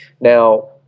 Now